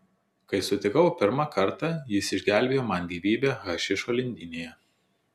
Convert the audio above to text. kai sutikau pirmą kartą jis išgelbėjo man gyvybę hašišo lindynėje